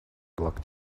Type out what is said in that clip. block